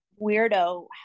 weirdo